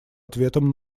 ответом